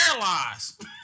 paralyzed